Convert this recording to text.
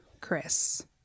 Chris